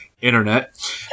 internet